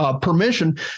permission